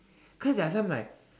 cause they're some like